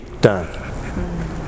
done